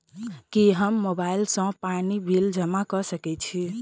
की हम मोबाइल सँ पानि बिल जमा कऽ सकैत छी?